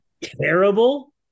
terrible